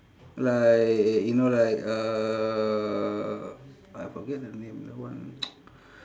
like you know like uh I forget the name the one